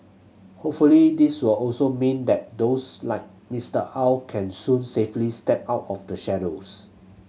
hopefully this will also mean that those like Mister Aw can soon safely step out of the shadows